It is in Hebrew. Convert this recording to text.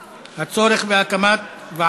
35, אין מתנגדים, אין נמנעים.